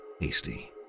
hasty